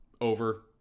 over